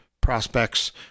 prospects